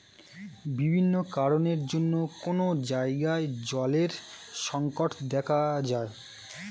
বিভিন্ন কারণের জন্যে কোন জায়গায় জলের সংকট দেখা যায়